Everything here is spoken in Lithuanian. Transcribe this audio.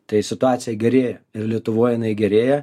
tai situacija gerėja ir lietuvoj jinai gerėja